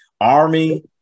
Army